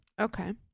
Okay